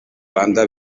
rwanda